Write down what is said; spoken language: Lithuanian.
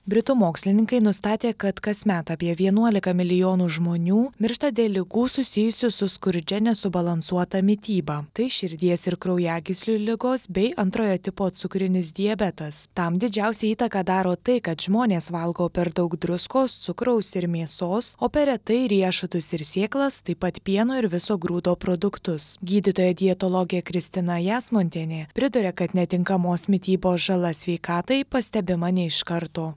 britų mokslininkai nustatė kad kasmet apie vienuolika milijonų žmonių miršta dėl ligų susijusių su skurdžia nesubalansuota mityba tai širdies ir kraujagyslių ligos bei antrojo tipo cukrinis diabetas tam didžiausią įtaką daro tai kad žmonės valgo per daug druskos cukraus ir mėsos o per retai riešutus ir sėklas taip pat pieno ir viso grūdo produktus gydytoja dietologė kristina jasmontienė priduria kad netinkamos mitybos žala sveikatai pastebima ne iš karto